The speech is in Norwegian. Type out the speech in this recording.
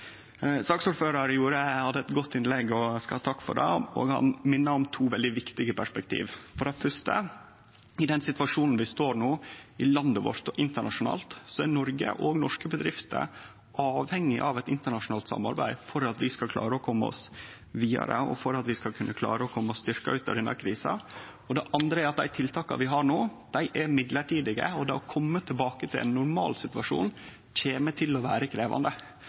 hadde eit godt innlegg og skal ha takk for det. Han minna om to veldig viktige perspektiv. For det fyrste: I den situasjonen vi står i no, i landet vårt og internasjonalt, er Noreg og norske bedrifter avhengig av eit internasjonalt samarbeid for at vi skal klare å kome oss vidare og for at vi skal kunne klare å kome styrkte ut av denne krisa. For det andre: Dei tiltaka vi har no, er mellombels. Og å kome tilbake til ein normalsituasjon kjem til å bli krevjande.